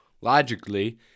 logically